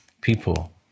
people